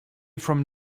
from